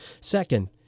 Second